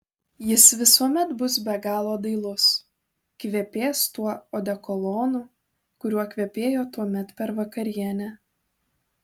jis visuomet bus be galo dailus kvepės tuo odekolonu kuriuo kvepėjo tuomet per vakarienę